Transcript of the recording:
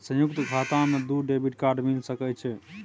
संयुक्त खाता मे दू डेबिट कार्ड मिल सके छै?